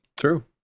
True